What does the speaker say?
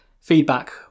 feedback